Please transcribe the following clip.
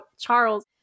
Charles